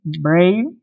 Brave